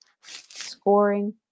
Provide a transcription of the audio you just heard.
scoring